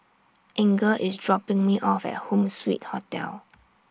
Inger IS dropping Me off At Home Suite Hotel